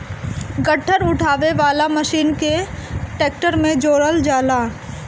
गट्ठर उठावे वाला मशीन के ट्रैक्टर में जोड़ल जाला